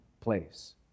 place